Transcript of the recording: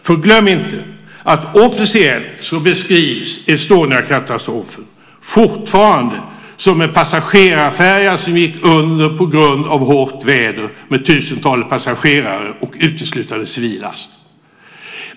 För glöm inte att officiellt beskrivs Estoniakatastrofen fortfarande som en passagerarfärja som gick under på grund av hårt väder med tusentalet passagerare och uteslutande civil last.